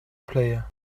player